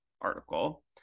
article